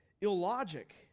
illogic